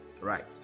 Right